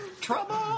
Trouble